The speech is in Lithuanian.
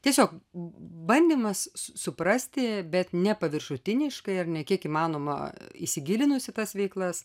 tiesiog bandymas suprasti bet ne paviršutiniškai ar ne kiek įmanoma įsigilinus į tas veiklas